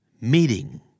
meeting